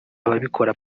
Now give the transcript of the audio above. ababikora